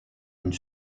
une